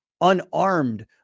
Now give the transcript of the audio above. unarmed